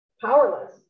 powerless